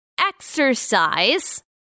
exercise